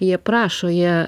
jie prašo jie